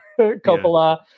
Coppola